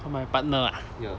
oh my partner ah